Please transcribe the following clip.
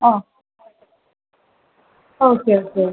ആ okay okay